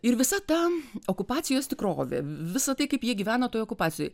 ir visa ta okupacijos tikrovė visa tai kaip jie gyveno toj okupacijoj